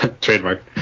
trademark